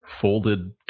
folded